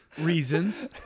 reasons